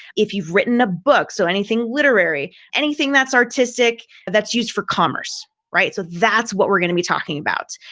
if you've written a book, so anything literary, anything that's artistic, that's used for commerce, right, so that's what we're going to be talking about.